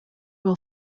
will